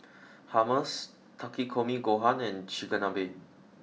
Hummus Takikomi Gohan and Chigenabe